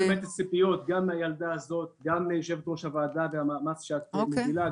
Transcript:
יש ציפיות גם מיושבת-ראש הוועדה והמאמץ שאת מובילה,